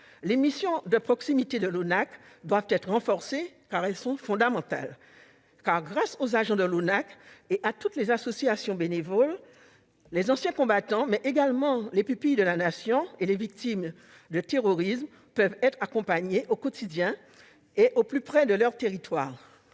les missions de proximité de l'ONACVG doivent être renforcées, car elles sont fondamentales. Grâce aux agents de l'Office et à toutes les associations bénévoles, les anciens combattants, mais également les pupilles de la Nation et les victimes du terrorisme, peuvent être accompagnés au quotidien, au plus près de leurs territoires.